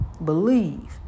Believe